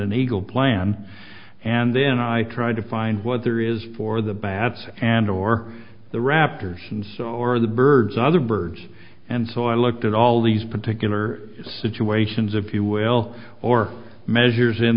an eagle plan and then i tried to find what there is for the bats and or the raptors and so or the birds other birds and so i looked at all these particular situations if you will or measures in